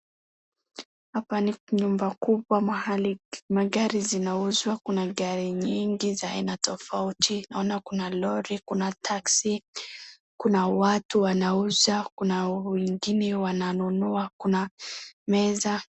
Hapa ni nyumba kubwa mahali magari zinauzwa kuna gari nyingi za aina tofauti naona kuna lori kuna taxi , kuna watu wanauza kuna wengine wananunua kuna meza.